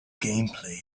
gameplay